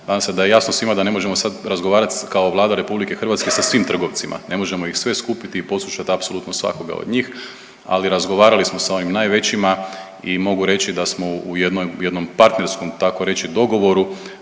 Nadam se da je jasno svima da ne možemo sad razgovarati kao Vlada RH sa svim trgovcima. Ne možemo ih sve skupiti i poslušati apsolutno svakoga od njih, ali razgovarali smo sa ovim najvećima i mogu reći da smo u jednoj, jednom parterskom takoreći dogovoru